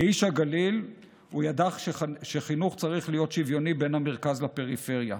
כאיש הגליל הוא ידע שחינוך צריך להיות שוויוני בין המרכז לפריפריה,